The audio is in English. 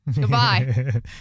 goodbye